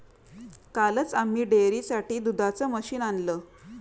कालच आम्ही डेअरीसाठी दुधाचं मशीन आणलं